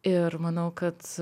ir manau kad